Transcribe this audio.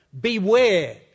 Beware